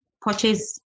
purchase